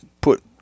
put